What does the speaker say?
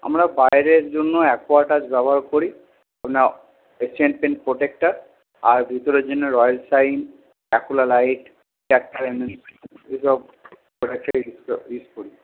আমরা বাইরের জন্য অ্যাকোয়া টাচ ব্যবহার করি না এশিয়ান পেন্ট প্রটেকটার আর ভিতরের জন্য রয়্যাল সাইন অ্যাকুরা লাইট এইসব প্রোডাক্ট ইউজ করি